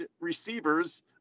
receivers